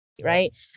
Right